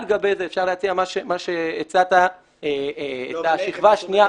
על גבי זה אפשר להציע מה שהצעת, את השכבה השנייה.